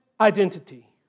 identity